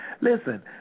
Listen